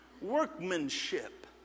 workmanship